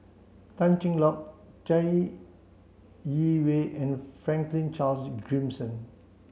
Tan Cheng Lock Chai Yee Wei and Franklin Charles Gimson